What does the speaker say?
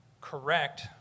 correct